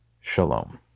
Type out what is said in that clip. shalom